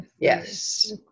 Yes